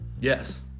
Yes